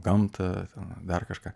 gamtą ten ar dar kažką